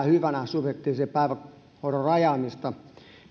hyvänä subjektiivisen päivähoidon rajaamista